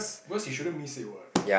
because he shouldn't miss it what